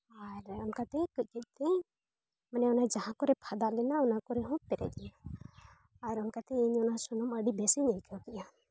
ᱟᱨ ᱚᱱᱮ ᱚᱱᱠᱟ ᱛᱮ ᱠᱟᱹᱡᱼᱠᱟᱹᱡ ᱛᱮ ᱢᱟᱱᱮ ᱚᱱᱟ ᱡᱟᱦᱟᱸ ᱠᱚᱨᱮ ᱯᱷᱟᱫᱟ ᱞᱮᱱᱟ ᱢᱟᱱᱮ ᱚᱱᱟ ᱠᱚᱨᱮ ᱦᱚᱸ ᱯᱮᱨᱮᱡ ᱮᱱᱟ ᱟᱨ ᱚᱱᱠᱟ ᱛᱮ ᱤᱧ ᱫᱚ ᱚᱱᱟ ᱥᱩᱱᱩᱢ ᱟᱹᱰᱤ ᱵᱮᱥᱤᱧ ᱟᱹᱭᱠᱟᱹᱣ ᱠᱮᱫᱼᱟ